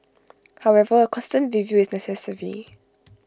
however A constant review is necessary